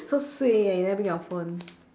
so suay eh you never bring your phone